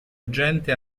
gente